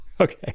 okay